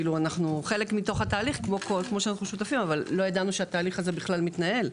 אנחנו חלק מכל התהליך אבל לא ידענו שהתהליך הזה בכלל מתנהל.